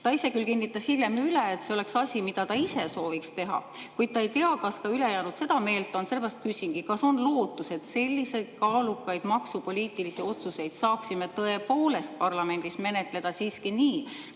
Ta küll kinnitas hiljem üle, et see oleks asi, mida ta ise sooviks teha, kuid ta ei tea, kas ka ülejäänud seda meelt on. Sellepärast küsingi: kas on lootus, et selliseid kaalukaid maksupoliitilisi otsuseid saaksime tõepoolest parlamendis menetleda siiski nii,